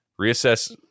reassess